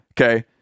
Okay